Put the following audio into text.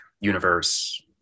universe